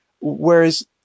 Whereas